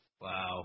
Wow